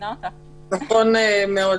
נכון מאוד.